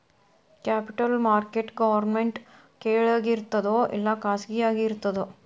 Capital market government ಕೆಳಗಿರ್ತದೋ ಇಲ್ಲಾ ಖಾಸಗಿಯಾಗಿ ಇರ್ತದೋ?